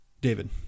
David